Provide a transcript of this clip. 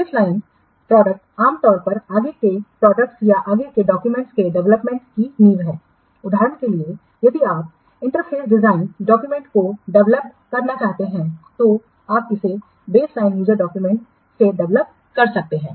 baseline उत्पाद आम तौर पर आगे के उत्पादों या आगे के डाक्यूमेंट्स के डेवलपमेंट की नींव हैं उदाहरण के लिए यदि आप इंटरफ़ेस डिज़ाइन डाक्यूमेंट्स को डेवलप्ड करना चाहते हैं तो आप इसे बेसलाइन यूजर डाक्यूमेंट्स से डेवलप्ड कर सकते हैं